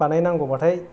बानाय नांगौबाथाय